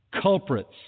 culprits